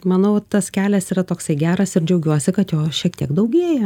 manau tas kelias yra toksai geras ir džiaugiuosi kad jo šiek tiek daugėja